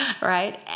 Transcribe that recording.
Right